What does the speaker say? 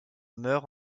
meurt